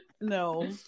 No